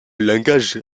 langage